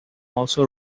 also